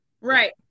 Right